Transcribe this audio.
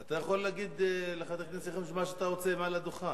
אתה יכול להגיד לחבר הכנסת מה שאתה רוצה, מהדוכן.